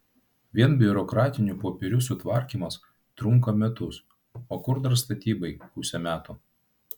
vien biurokratinių popierių sutvarkymas trunka metus o kur dar statybai pusė metų